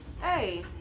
Hey